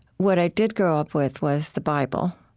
what i did grow up with was the bible.